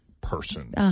person